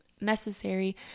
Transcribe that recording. necessary